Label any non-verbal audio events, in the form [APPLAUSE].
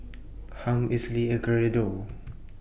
Harm Esley and Geraldo [NOISE]